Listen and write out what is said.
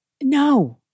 No